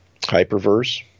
Hyperverse